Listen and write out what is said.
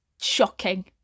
shocking